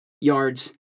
yards